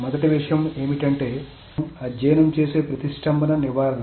మొదటి విషయం ఏమిటంటే మనం అధ్యయనం చేసే ప్రతిష్టంభన నివారణ